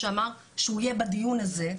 שאמר שהוא יהיה בדיון הזה.